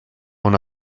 una